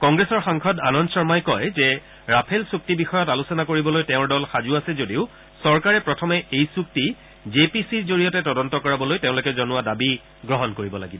কংগ্ৰেছৰ সাংসদ আনন্দ শৰ্মাই কয় যে ৰাফেল চুক্তি বিষয়ত আলোচনা কৰিবলৈ তেওঁৰ দল সাজূ আছে যদিও চৰকাৰে প্ৰথমে এই চুক্তি জে পি চিৰ জৰিয়তে তদন্ত কৰাবলৈ তেওঁলোকে জনোৱা দাবী গ্ৰহণ কৰিব লাগিব